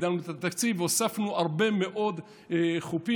הגדלנו את התקציב והוספנו הרבה מאוד חופים,